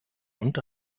und